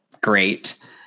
great